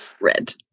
Red